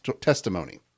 testimony